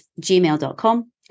gmail.com